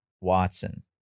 Watson